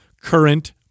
current